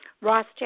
Ross